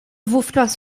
wówczas